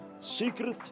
secret